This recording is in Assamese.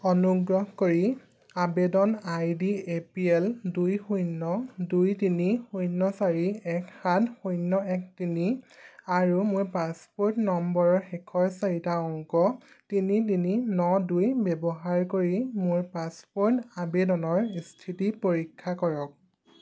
অনুগ্ৰহ কৰি আবেদন I D A P L দুই শূন্য দুই তিনি শূন্য চাৰি এক সাত শূন্য এক তিনি আৰু মোৰ পাছপোৰ্ট নম্বৰৰ শেষৰ চাৰিটা অংক তিনি তিনি ন দুই ব্যৱহাৰ কৰি মোৰ পাছপোৰ্ট আবেদনৰ স্থিতি পৰীক্ষা কৰক